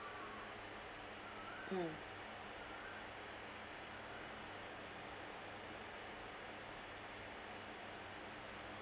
mm